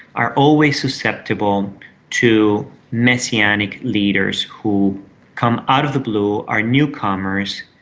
are always susceptible to messianic leaders who come out of the blue, are newcomers,